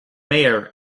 mayor